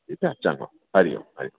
ठीकु आहे चङो हरिओम